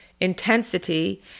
intensity